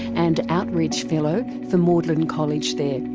and outreach fellow for magdalene college there.